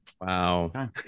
Wow